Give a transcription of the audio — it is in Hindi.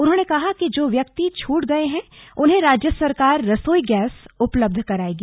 उन्होंने कहा कि जो व्यक्ति छूट गए हैं उन्हें राज्य सरकार रसोई गैस उपलब्ध कराएगी